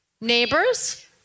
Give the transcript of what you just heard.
Neighbors